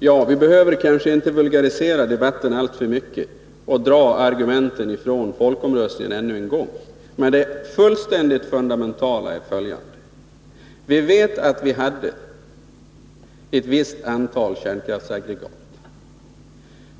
Herr talman! Vi behöver kanske inte vulgarisera debatten alltför mycket och dra argumenten från folkomröstningen ännu en gång. Men det fullständigt fundamentala är följande: Vi vet att vi hade ett visst antal kärnkraftsaggregat.